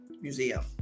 museum